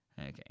Okay